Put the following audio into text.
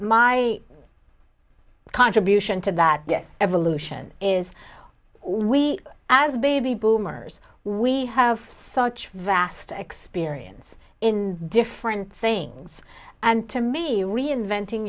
my contribution to that yes evolution is we as baby boomers we have such vast experience in different things and to me reinventing